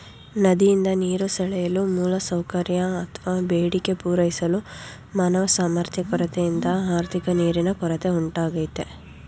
ನದಿಯಿಂದ ನೀರು ಸೆಳೆಯಲು ಮೂಲಸೌಕರ್ಯ ಅತ್ವ ಬೇಡಿಕೆ ಪೂರೈಸಲು ಮಾನವ ಸಾಮರ್ಥ್ಯ ಕೊರತೆಯಿಂದ ಆರ್ಥಿಕ ನೀರಿನ ಕೊರತೆ ಉಂಟಾಗ್ತದೆ